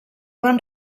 van